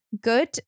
good